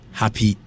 happy